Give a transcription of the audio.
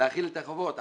להחיל את החובות.